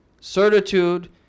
certitude